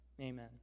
Amen